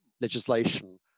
legislation